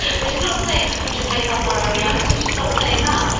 which is not saying we just make up our own reality. she's not saying that.